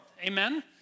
Amen